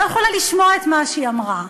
לא יכולה לשמוע את מה שהיא אמרה.